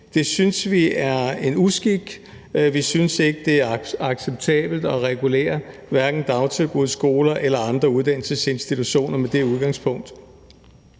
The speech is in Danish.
Det synes vi er en uskik. Vi synes ikke det er acceptabelt at regulere dagtilbud, skoler eller andre uddannelsesinstitutioner med det udgangspunkt.